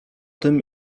tym